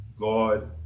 God